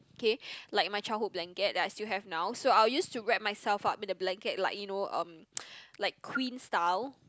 okay like my childhood blanket that I still have now so I will use to wrap myself up in the blanket like you know um like queen style